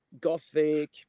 Gothic